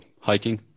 hiking